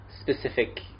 specific